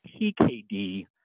PKD